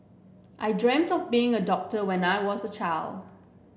I dreamt of being a doctor when I was a child